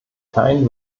keinen